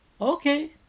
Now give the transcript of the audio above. Okay